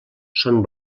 són